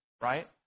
Right